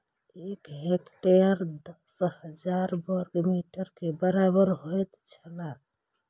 एक हेक्टेयर दस हजार वर्ग मीटर के बराबर होयत छला